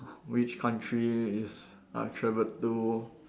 which country is I travelled to